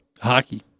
Hockey